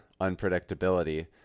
unpredictability